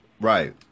Right